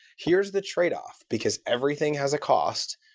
here is the tradeoff, because everything has a cost,